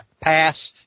pass